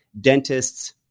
dentists